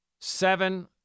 seven